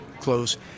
close